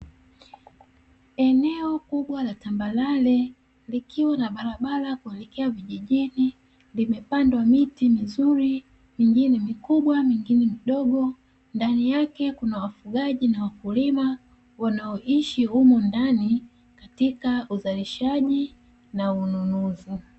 Eneo kubwa la tambarare likiwa na barabara ya kuelekea vijijini, limepandwa miti mizuri mingine mikubwa mingine midogo, ndani yake kuna wafugaji na wakulima wanaoishi humo ndani katika uzalishaji na ununuzi.